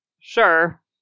Sure